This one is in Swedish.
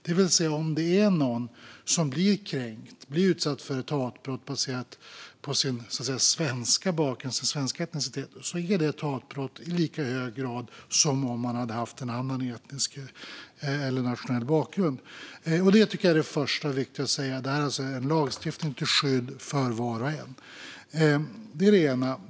Det innebär att det om någon blir kränkt eller utsatt för ett hatbrott på grund av sin svenska etnicitet är ett hatbrott i lika hög grad som om man hade haft en annan etnisk eller nationell bakgrund. Jag tycker att detta är det första viktiga att säga, det vill säga att det är en lagstiftning för var och en. Det är det ena.